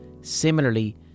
Similarly